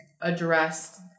addressed